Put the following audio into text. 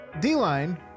D-line